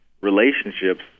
relationships